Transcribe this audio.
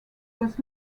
was